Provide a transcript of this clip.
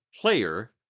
player